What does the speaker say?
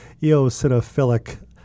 eosinophilic